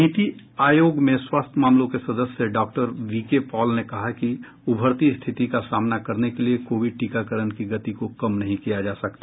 नीति आयोग में स्वास्थ्य मामलों के सदस्य डॉक्टर वीके पॉल ने कहा कि उभरती स्थिति का सामना करने के लिए कोविड टीकाकरण की गति को कम नहीं किया जा सकता